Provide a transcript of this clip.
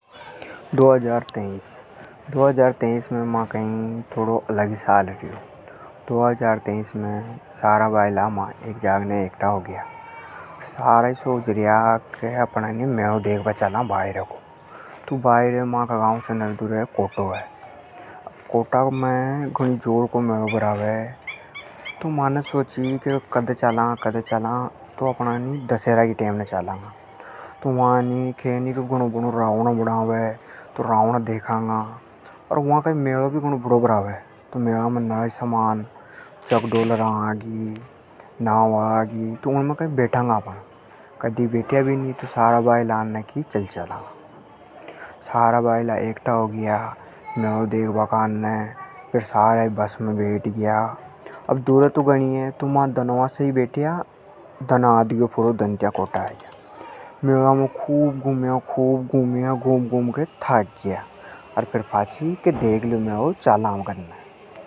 दो हज़ार तेहिस, दो हज़ार तेहिस कई माके थोड़ो अलग ही साल रयो। दो हज़ार तेहिस में मा सारा भायला एक जाग ने इकठ्ठा होग्या। सारा ही सोचर्या क अपण मेलो देखबा चाला बाहरे को। तो माका गांव से नरी दूर कोटा है। कोटा में घणी जोर को मेलो भरावे। तो म्हाने सोची कद चाला तो दशहरा की टेम पे चालांगा। तो वा केनी के घणो बडो रावण बणावे तो रावण देखांगा। अर वा मेलों भी घणो बड़ों भरावे। मेला में नरा ही सामान झूला चकरी आगी तो उनमें अपण बैठांगा। कदी बैठ्या भी नी। सारा भायला ने की के चल चालांगा। सारा भायला इकठ्ठा होगया मेलो देखबा काने। सारा ही बस में बेठग्या। अब दूरे घणी तो म्हा दनवा से ही बेठ्या तो दन आतग्यो। मेला में खूब घूम्या तो म्हा थाक ग्या। अर फेर पाछी देखल्यो मेलों अब चाला घरने।